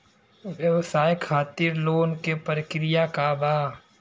व्यवसाय खातीर लोन के प्रक्रिया का बा?